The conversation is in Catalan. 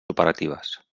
operatives